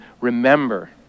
remember